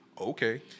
okay